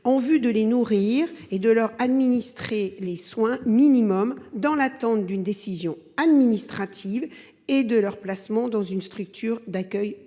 en vue de les nourrir et de leur administrer les soins minimums, dans l’attente d’une décision administrative et de leur placement dans une structure d’accueil pérenne.